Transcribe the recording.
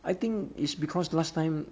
I think it's because last time